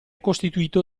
costituito